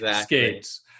skates